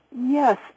Yes